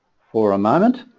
for a moment.